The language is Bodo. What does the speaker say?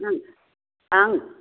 नों आं